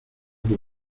que